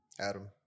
Adam